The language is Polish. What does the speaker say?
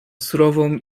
surową